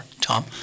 Tom